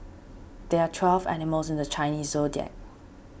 there are twelve animals in the Chinese zodiac